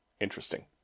Interesting